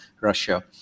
Russia